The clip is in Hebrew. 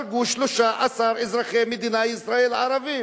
הרגו 13 אזרחי מדינת ישראל ערבים.